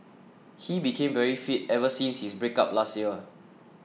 he became very fit ever since his breakup last year